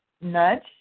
nudge